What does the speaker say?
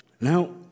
Now